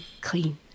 clean